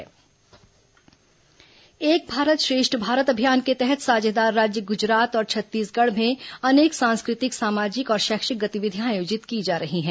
एक भारत श्रेष्ठ भारत एक भारत श्रेष्ठ भारत अभियान के तहत साझेदार राज्य गुजरात और छत्तीसगढ़ में अनेक सांस्कृतिक सामाजिक और शैक्षिक गतिविधियां आयोजित की जा रही हैं